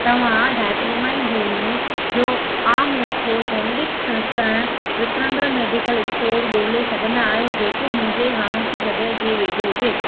तव्हां डाइक्लोमाइन गोरियूं जो आम नुस्ख़ो जेनेरिक संस्करण विकिणंदड़ मेडिकल स्टोर ॻोल्हे सघंदा आहियो जेको मुंहिंजे हाणोकी जॻहि जे वेझो हुजे